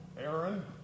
Aaron